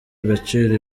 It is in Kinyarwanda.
agaciro